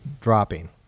dropping